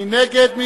מי נגד?